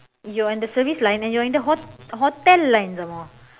you're in the service line and you are in the hot~ hotel line some more